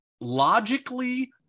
Logically